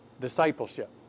discipleship